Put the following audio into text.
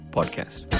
Podcast